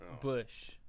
Bush